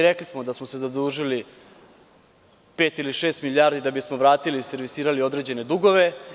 Rekli smo da smo se zadužili pet ili šest milijardi da bismo vratili, servisirali određene dugove.